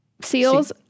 seals